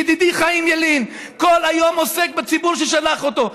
ידידי חיים ילין, כל היום עוסק בציבור ששלח אותו.